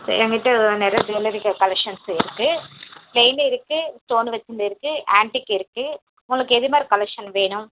என்கிட்ட நிறையா jewellery collections இருக்குது ப்ளைனும் இருக்குது ஸ்டோன் வச்சும் இருக்குது ஆன்ட்டிக் இருக்குது உங்களுக்கு எது மாதிரி கலெக்ஷன் வேணும்